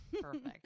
perfect